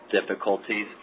difficulties